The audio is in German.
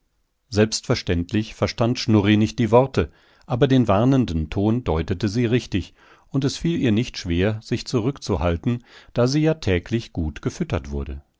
selbstverständlich verstand schnurri nicht die worte aber den warnenden ton deutete sie richtig und es fiel ihr nicht schwer sich zurückzuhalten da sie ja täglich gut gefüttert wurde